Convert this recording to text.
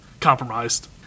compromised